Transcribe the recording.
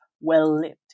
well-lived